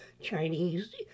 Chinese